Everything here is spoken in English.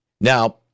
Now